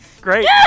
Great